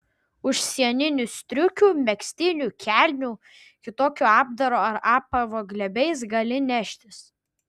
užsieninių striukių megztinių kelnių kitokio apdaro ar apavo glėbiais gali neštis